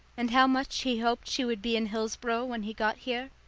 and how much he hoped she would be in hillsboro when he got here.